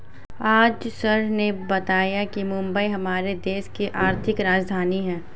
आज सर ने बताया कि मुंबई हमारे देश की आर्थिक राजधानी है